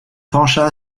pencha